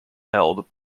held